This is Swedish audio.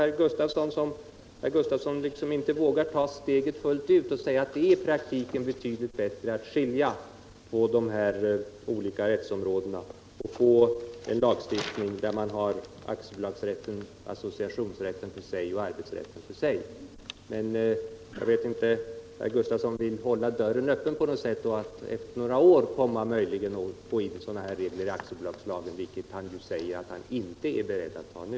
Det verkar som om herr Gustafsson i Stockholm inte vågar ta steget fullt ut och säga att det i praktiken är betydligt bättre att skilja på de olika rättsområdena och få en lagstiftning där vi har associationsrätten för sig och arbetsrätten för sig. Det verkar som om herr Gustafsson vill hålla dörren öppen på något sätt och möjligen efter några år föra in regler om de anställdas medinflytande i aktiebolagslagen, vilket han inte är beredd att göra nu.